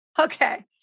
Okay